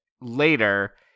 later